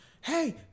Hey